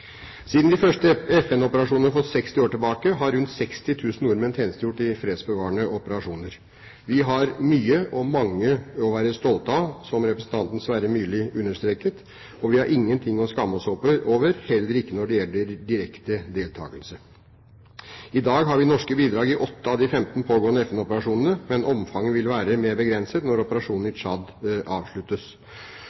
Siden de første FN-operasjonene for 60 år tilbake har rundt 60 000 nordmenn tjenestegjort i fredsbevarende operasjoner. Vi har mye og mange å være stolte av, som representanten Sverre Myrli understreket, og vi har ingenting å skamme oss over, heller ikke når det gjelder direkte deltakelse. I dag har vi norske bidrag i 8 av de 15 pågående FN-operasjonene, men omfanget vil være mer begrenset når operasjonen i